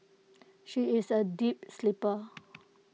she is A deep sleeper